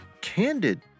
candid